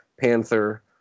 Panther